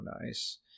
nice